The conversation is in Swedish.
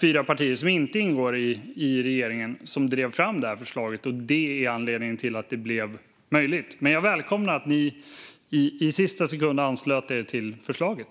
fyra partier som inte ingår i regeringen som drev fram detta förslag. Det är anledningen till att detta blev möjligt. Men jag välkomnar att ni i sista sekunden anslöt er till förslaget.